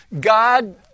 God